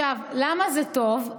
למה זה טוב?